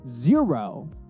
zero